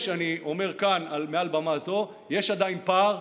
אני אומר כאן, מעל במה זו: יש עדיין פער.